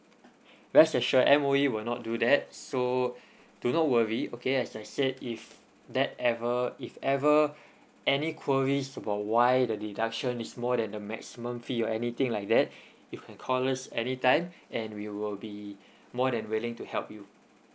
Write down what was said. rest assured M_O_E will not do that so do not worry okay as I said if that ever if ever any queries about why the deduction is more than the maximum fee or anything like that you can call us any time and we will be more than willing to help you